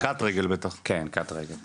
זה קט רגל בטח, כן, זה קט-רגל.